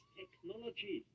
technology